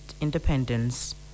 independence